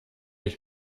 ich